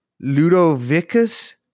Ludovicus